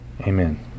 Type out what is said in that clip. Amen